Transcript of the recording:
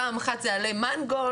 פעם אחת זה עלי מנגולד,